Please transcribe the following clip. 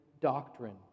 doctrine